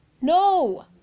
No